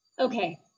Okay